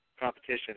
competition